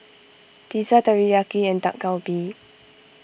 Pizza Teriyaki and Dak Galbi